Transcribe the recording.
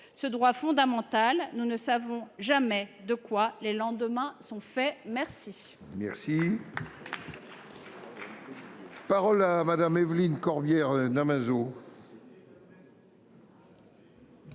ce droit fondamental. Nous ne savons jamais de quoi les lendemains sont faits. La